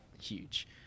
huge